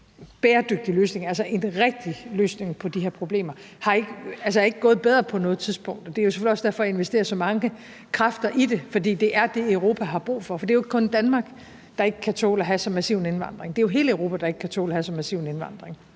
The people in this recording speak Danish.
bæredygtig løsning, altså en rigtig løsning på de her problemer, er ikke gået bedre på noget tidspunkt, og det er selvfølgelig også derfor, jeg investerer så mange kræfter i det, for det er det, Europa har brug for. Det er ikke kun Danmark, der ikke kan tåle at have så massiv en indvandring; det er hele Europa, der ikke kan tåle at have så massiv en indvandring,